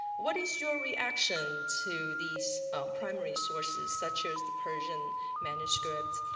what is your reaction to these primary sources such as the persian manuscripts?